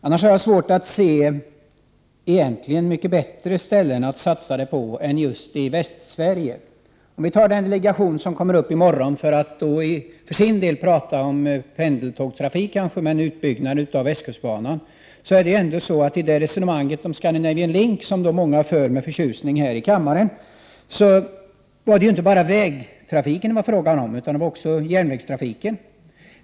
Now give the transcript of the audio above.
Annars har jag svårt att se något bättre ställe att satsa på än just Västsverige. I morgon kommer en delegation upp, kanske inte för att prata om pendeltågstrafik, men utbyggnad av västkustbanan. I resonemanget om Scandinavian Link, som många för med förtjusning här i kammaren, var det inte bara fråga om vägtrafik utan också om järnvägstrafik.